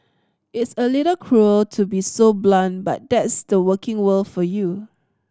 it's a little cruel to be so blunt but that's the working world for you